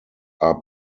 are